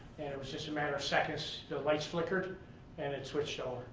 and it was just a matter of seconds. the lights flickered and it switched so